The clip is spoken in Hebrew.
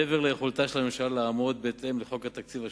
מעבר ליכולתה של הממשלה לעמוד בהתאם לחוק התקציב השנתי,